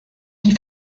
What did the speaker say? die